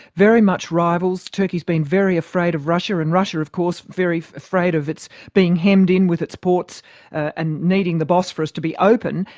very much rivals turkey's been very afraid of russia and russia, of course, very afraid of its being hemmed in with its ports and needing the bosphorus to be open.